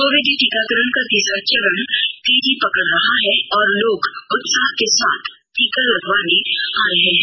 Covid टीकाकरण का तीसरा चरण तेजी पकड रहा है और लोग उत्साह के साथ टीका लगवाने आ रहे हैं